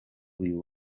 uyu